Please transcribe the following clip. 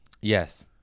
Yes